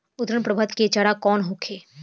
उन्नत प्रभेद के चारा कौन होखे?